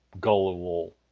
gullible